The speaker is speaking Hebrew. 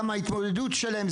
גם ההתמודדות שלהם,